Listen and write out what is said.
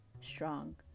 strong